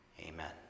Amen